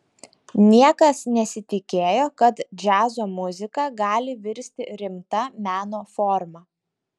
niekas nesitikėjo kad džiazo muzika gali virsti rimta meno forma